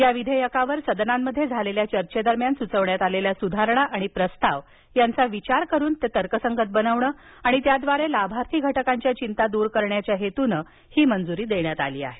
या विधेयकावर सदनांमध्ये झालेल्या चर्चेदरम्यान सुचविण्यात आलेल्या सुधारणा आणि प्रस्ताव यांचा विचार करून तर्कसंगत बनवणं आणि त्यांद्वारे लाभार्थी घटकांच्या चिंता दूर करण्याच्या हेतूनं ही मंजुरी देण्यात आली आहे